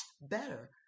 better